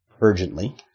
urgently